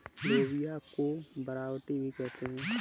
लोबिया को बरबट्टी भी कहते हैं